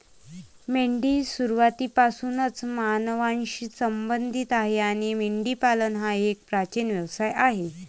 मेंढी सुरुवातीपासूनच मानवांशी संबंधित आहे आणि मेंढीपालन हा एक प्राचीन व्यवसाय आहे